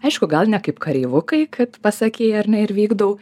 aišku gal ne kaip kareivukai kad pasakei ar ne ir vykdau